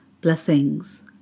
blessings